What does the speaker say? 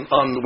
on